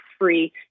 free